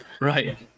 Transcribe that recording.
Right